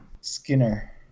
Skinner